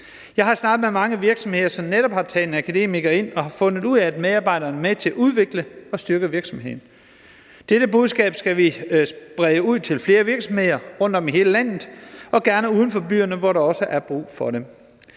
Jeg har snakket med mange virksomheder, som netop har taget en akademiker ind og har fundet ud af, at medarbejderen er med til at udvikle og styrke virksomheden. Dette budskab skal vi sprede ud til flere virksomheder rundtom i hele landet og gerne uden for byerne, hvor der også er brug for det.